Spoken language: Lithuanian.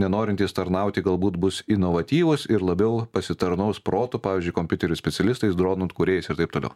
nenorintys tarnauti galbūt bus inovatyvūs ir labiau pasitarnaus protu pavyzdžiui kompiuterių specialistais dronų kūrėjais ir taip toliau